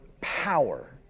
power